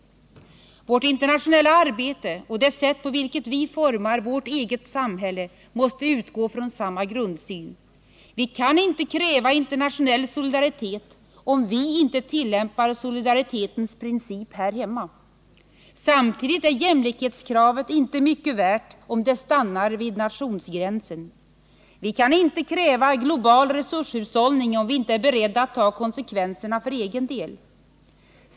Vårt internationella arbete och det sätt på vilket vi formar vårt eget samhälle måste utgå från samma grundsyn. Vi kan inte kräva internationell solidaritet, om vi inte tillämpar solidaritetens princip här hemma. Samtidigt är jämlikhetskravet inte mycket värt, om det stannar vid nationsgränsen. Vi kan inte kräva global resurshushållning, om vi inte är beredda att ta konsekvenserna för egen del.